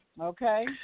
okay